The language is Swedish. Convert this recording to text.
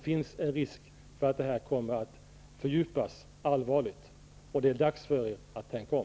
Risken finns för en allvarlig fördjupning. Det är därför dags för er att tänka om.